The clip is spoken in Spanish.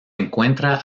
encuentra